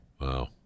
Wow